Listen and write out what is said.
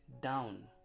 down